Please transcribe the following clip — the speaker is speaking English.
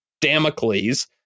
Damocles